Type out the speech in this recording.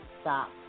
stop